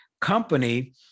company